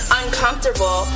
uncomfortable